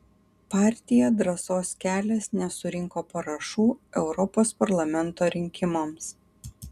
partija drąsos kelias nesurinko parašų europos parlamento rinkimams